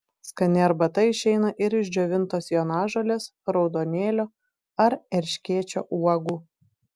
skani arbata išeina ir iš džiovintos jonažolės raudonėlio ar erškėčio uogų